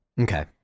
Okay